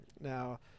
Now